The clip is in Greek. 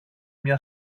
μια